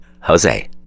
Jose